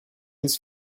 his